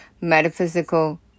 Metaphysical